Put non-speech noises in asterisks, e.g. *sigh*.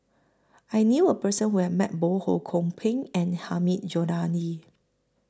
I knew A Person Who has Met *unintelligible* Ho Kwon Ping and Hilmi Johandi